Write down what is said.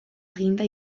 eginda